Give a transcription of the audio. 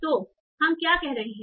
तो हम क्या कर रहे हैं